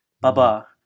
Baba